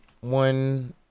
One